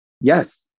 Yes